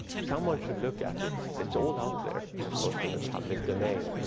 someone should look at it. it's all out there of course in the public domain.